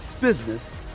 business